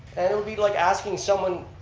and it would be like asking someone,